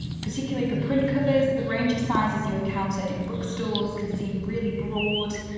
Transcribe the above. particularly for print covers, the range of sizes you encounter in bookstores can seem really broad.